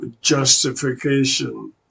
justification